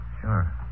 Sure